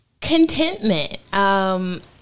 contentment